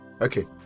Okay